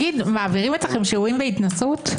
מעבירים אתכם שיעורי בהתנשאות?